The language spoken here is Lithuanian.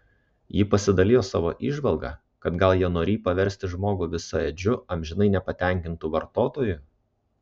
ji pasidalijo savo įžvalga kad gal jie norį paversti žmogų visaėdžiu amžinai nepatenkintu vartotoju